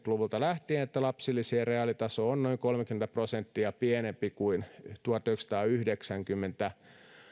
luvulta lähtien ja että lapsilisien reaalitaso on noin kolmekymmentä prosenttia pienempi kuin tuhatyhdeksänsataayhdeksänkymmentä